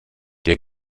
der